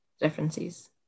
differences